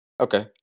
Okay